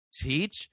teach